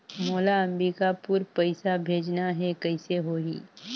मोला अम्बिकापुर पइसा भेजना है, कइसे होही?